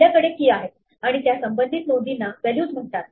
आपल्याकडे key आहेत आणि त्या संबंधित नोंदींना व्हॅल्यूज म्हणतात